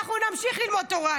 אנחנו נמשיך ללמוד תורה".